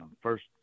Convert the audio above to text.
first